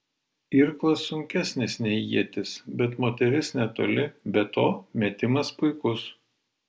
irklas sunkesnis nei ietis bet moteris netoli be to metimas puikus